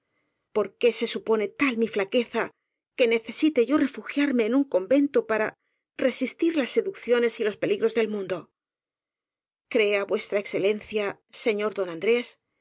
por qué se supone tal mi flaqueza que necesite yo refu giarme en un convento para resistir las seduccio nes y los peligros del mundo crea v e señor don andrés